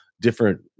different